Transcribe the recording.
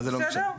אבל זה לא משנה.